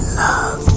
love